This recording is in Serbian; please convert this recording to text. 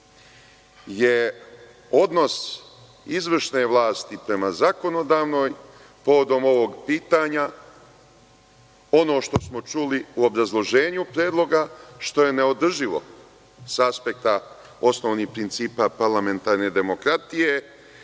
je odnos izvršne vlasti prema zakonodavnoj povodom ovog pitanja, ono što smo čuli u obrazloženju predloga, što je neodrživo sa aspekta osnovnih principa parlamentarne demokratije